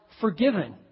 forgiven